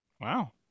Wow